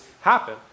happen